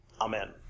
Amen